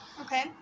Okay